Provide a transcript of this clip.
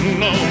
no